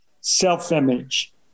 self-image